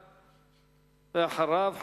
ואחריו,